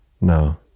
No